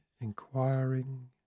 inquiring